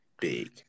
big